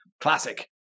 classic